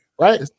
right